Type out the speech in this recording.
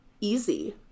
easy